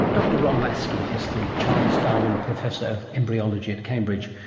dr ron laskey is the charles darwin professor of embryology at cambridge,